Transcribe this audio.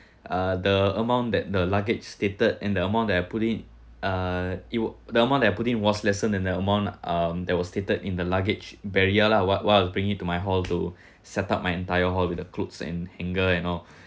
uh the amount that the luggage stated and the amount that I put in uh it were the amount that I put in was lesser than the amount um that was stated in the luggage barrier lah what while I bringing it to my hall to set up my entire hall with the clothes and hanger and all